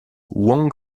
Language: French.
wong